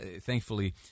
thankfully